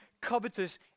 covetous